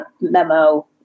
memo